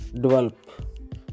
Develop